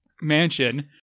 mansion